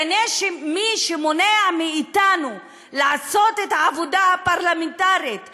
בעיני מי שמונע מאתנו לעשות את העבודה הפרלמנטרית הראויה,